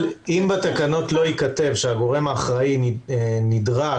אם בתקנות לא ייכתב שהגורם האחראי נדרש,